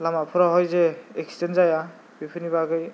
लामाफोरावहाय जे एक्सिडेन्ट जाया बेफोरनि बागै